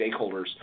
stakeholders